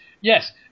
Yes